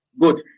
Good